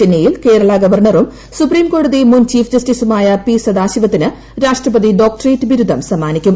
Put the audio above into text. ചെന്നൈയിൽ കേരളാ ഗവർണറും സുപ്രീംകോടതി മുൻ ചീഫ് ജസ്റ്റിസുമായ പി സതാശിവത്തിന് രാഷ്ട്രപതി ഡോക്ട്രേറ്റ് ബിരുദം സമ്മാനിക്കും